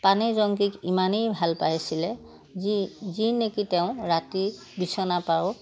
পানেইয়ে জংকীক ইমানেই ভাল পাইছিলে যি যি নেকি তেওঁ ৰাতি বিচনাৰ পৰাও